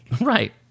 Right